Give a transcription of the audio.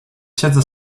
siedzę